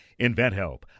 InventHelp